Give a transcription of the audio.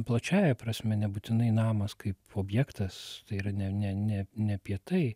plačiąja prasme nebūtinai namas kaip objektas tai yra ne ne ne ne apie tai